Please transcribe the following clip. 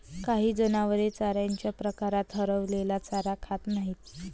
काही जनावरे चाऱ्याच्या प्रकारात हरवलेला चारा खात नाहीत